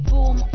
Boom